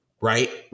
right